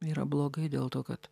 yra blogai dėl to kad